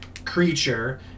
Creature